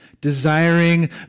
desiring